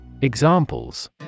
Examples